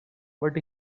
but